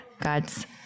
God's